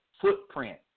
footprint